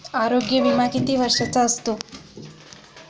आरोग्य विमा किती वर्षांचा असतो?